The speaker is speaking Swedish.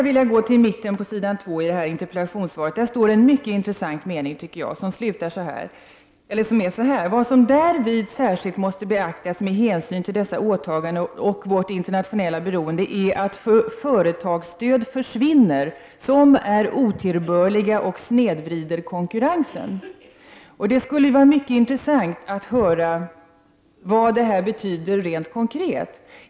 2i det utdelade interpellationssvaret finns en mycket intressant mening: ”Vad som därvid särskilt måste beaktas med hänsyn till dessa åtaganden och vårt internationella beroende är att företagsstöd försvinner som är otillbörliga och snedvrider konkurrensen.” Det skulle vara mycket intressant att höra vad det betyder rent konkret.